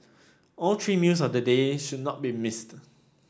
all three meals of the day should not be missed